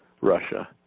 Russia